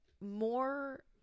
more